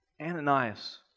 Ananias